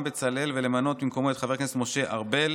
בצלאל ולמנות במקומו את חבר הכנסת משה ארבל,